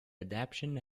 adaptation